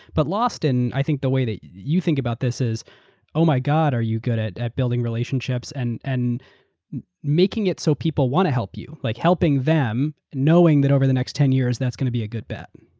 but and i think the way that you think about this is oh my god, are you good at at building relationships and and making it so people want to help you? like helping them, knowing knowing that over the next ten years, that's going to be a good bet.